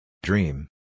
Dream